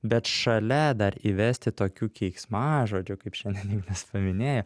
bet šalia dar įvesti tokių keiksmažodžių kaip šiandien ignas paminėjo